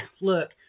Look